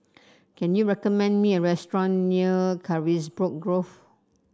can you recommend me a restaurant near Carisbrooke Grove